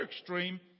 extreme